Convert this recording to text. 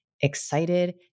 excited